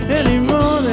anymore